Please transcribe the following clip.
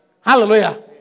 Hallelujah